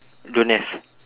don't have